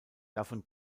davon